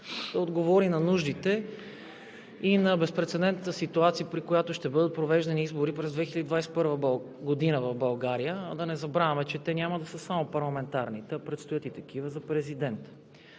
отговори на нуждите и на безпрецедентната ситуация, при която ще бъдат провеждани избори през 2021 г. в България. А да не забравяме, че те няма да са само парламентарни, предстоят такива и за президент.